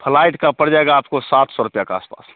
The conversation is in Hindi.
फ्लाइट का पड़ जाएगा आपको सौ रुपया के आसपास